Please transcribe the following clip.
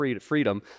freedom